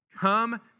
come